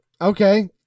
okay